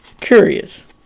Curious